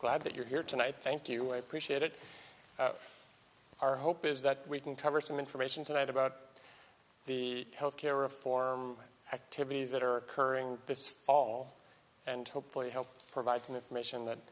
glad that you're here tonight thank you appreciate it our hope is that we can cover some information tonight about the health care reform activities that are occurring this fall and hopefully help provide some information that